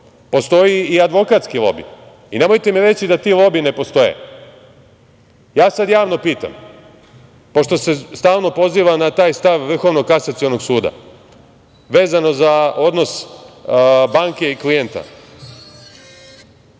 postoji i advokatski lobi, i nemojte mi reći da ti lobiji ne postoje. Ja sad javno pitam, pošto se stalno poziva na taj stav Vrhovnog kasacionog suda vezano za odnos banke i klijenta,